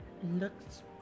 looks